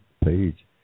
page